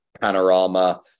Panorama